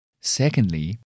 Secondly